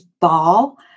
ball